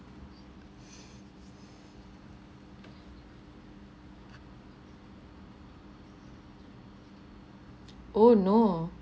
oh no